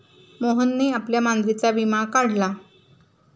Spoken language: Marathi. मोहनने आपल्या मांजरीचा विमा काढला